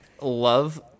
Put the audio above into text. love